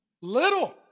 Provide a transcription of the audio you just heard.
Little